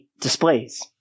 displays